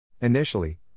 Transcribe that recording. Initially